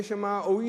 יש שם "הואיל",